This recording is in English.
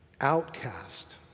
outcast